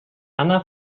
anna